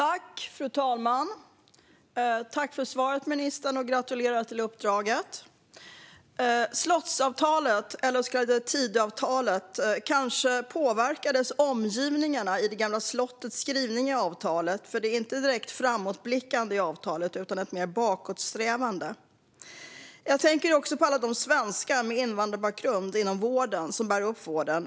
Fru talman! Jag tackar ministern för svaret, och jag gratulerar till uppdraget. Kanske påverkades skrivningarna i slottsavtalet, det så kallade Tidöavtalet, av omgivningarna i och runt slottet. Avtalet är inte direkt framåtblickande, utan det är mer bakåtsträvande. Jag tänker också på alla svenskar med invandrarbakgrund inom vården som bär upp vården.